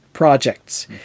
Projects